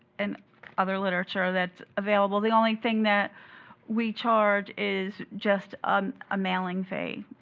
and other literature that's available. the only thing that we charge is just um a mailing fee.